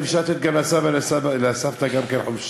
אם אפשר לתת גם לסבא ולסבתא חופשה,